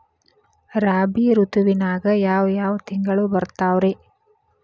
ರಾಬಿ ಋತುವಿನಾಗ ಯಾವ್ ಯಾವ್ ತಿಂಗಳು ಬರ್ತಾವ್ ರೇ?